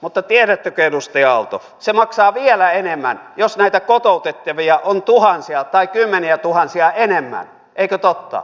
mutta tiedättekö edustaja aalto se maksaa vielä enemmän jos näitä kotoutettavia on tuhansia tai kymmeniätuhansia enemmän eikö totta